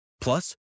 Plus